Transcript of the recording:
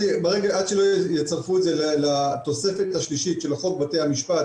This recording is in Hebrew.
עד שלא יצרפו את זה לתוספת השלישית של חוק בתי המשפט